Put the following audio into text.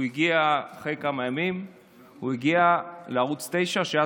הוא הגיע אחרי כמה ימים לערוץ 9. אז